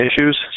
issues